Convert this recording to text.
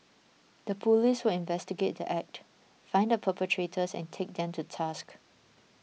the police will investigate the Act find the perpetrators and take them to task